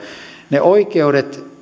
ne oikeudet